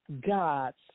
God's